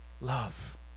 love